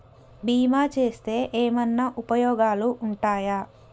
బీమా చేస్తే ఏమన్నా ఉపయోగాలు ఉంటయా?